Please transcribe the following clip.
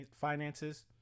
finances